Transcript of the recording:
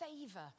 favor